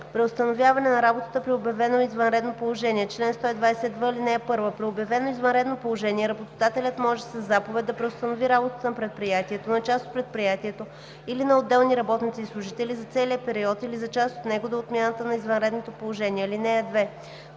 „Преустановяване на работата при обявено извънредно положение Чл. 120в. (1) При обявено извънредно положение работодателят може със заповед да преустанови работата на предприятието, на част от предприятието или на отделни работници и служители за целия период или за част от него до отмяната на извънредното положение. (2)